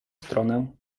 stronę